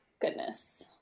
goodness